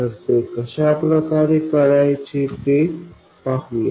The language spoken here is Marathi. तर ते कशाप्रकारे करायचे ते पाहू या